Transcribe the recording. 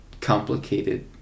complicated